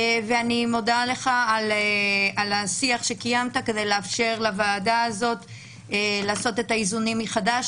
אני מודה לך על השיח שקיימת כדי לאפשר לוועדה לעשות את האיזונים מחדש,